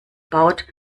baut